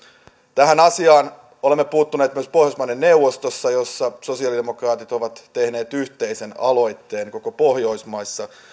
tähän asiaan olemme puuttuneet myös pohjoismaiden neuvostossa jossa sosialidemokraatit ovat tehneet yhteisen aloitteen koko pohjoismaissa